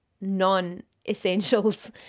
non-essentials